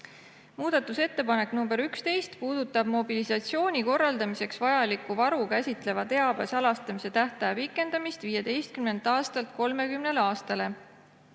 Muudatusettepanek nr 11 puudutab mobilisatsiooni korraldamiseks vajalikku varu käsitleva teabe salastamise tähtaja pikendamist 15 aastalt 30 aastale.